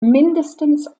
mindestens